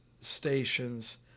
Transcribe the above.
stations